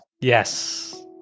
Yes